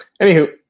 Anywho